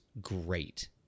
great